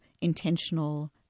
intentional